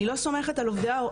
אני לא סומכת על עובדי ההוראה,